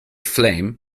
flame